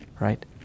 Right